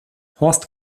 horst